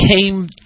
came